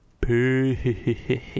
Peace